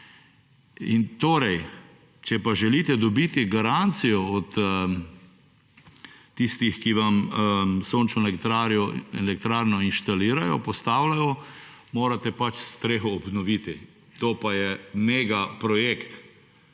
Torej, če pa želite dobiti garancijo od tistih, ki vam sončno elektrarno inštalirajo, postavljajo morate pač streho obnoviti. To pa je mega projekt.